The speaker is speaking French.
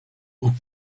aux